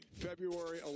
February